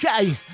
Okay